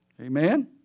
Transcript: Amen